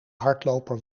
hardloper